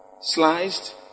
sliced